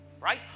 right